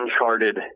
uncharted